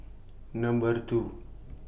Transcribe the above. Number two